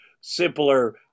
simpler